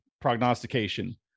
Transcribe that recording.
prognostication